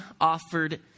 offered